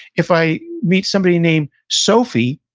if i meet somebody named sophie,